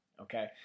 Okay